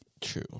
True